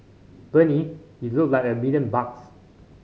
Bernie you look like a million bucks